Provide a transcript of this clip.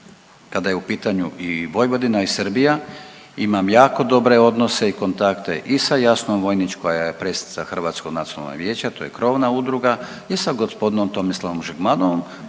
kada je u pitanju i Vojvodina i Srbija, imam jako dobre odnose i kontakte i sa Jasnom Vojnić koja je predsjednica Hrvatskog nacionalnog vijeća. To je krovna udruga. I sa gospodinom Tomislavom Žigmanovom